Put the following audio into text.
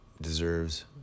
deserves